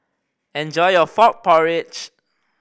enjoy your frog porridge